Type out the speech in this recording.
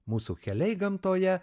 mūsų keliai gamtoje